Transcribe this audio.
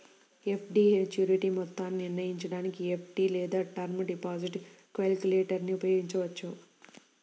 FD maturity మొత్తాన్ని నిర్ణయించడానికి FD లేదా టర్మ్ డిపాజిట్ క్యాలిక్యులేటర్ను ఉపయోగించవచ్చు